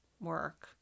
work